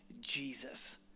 Jesus